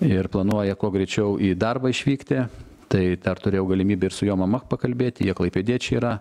ir planuoja kuo greičiau į darbą išvykti tai dar turėjau galimybę ir su jo mama pakalbėti jie klaipėdiečiai yra